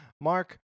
Mark